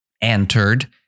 entered